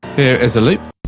here is a loop,